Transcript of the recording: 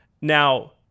Now